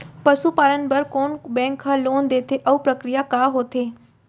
पसु पालन बर कोन बैंक ह लोन देथे अऊ प्रक्रिया का होथे?